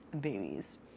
babies